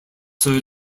sir